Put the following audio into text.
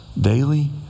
daily